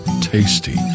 tasty